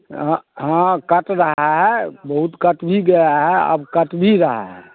हाँ हाँ कट रहा है बहुत कट भी गया है अब कट भी रहा है